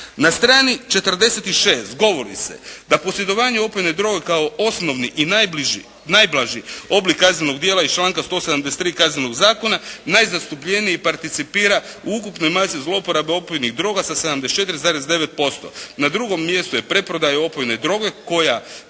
Na strani 46 govori se da posjedovanje opojne droge kao osnovni i najblaži oblik kaznenog djela iz članka 173. Kaznenog zakona najzastupljeniji participira u ukupnoj masi zloporabe opojnih droga sa 74,9%. Na drugom mjestu je preprodaja opojne droge koja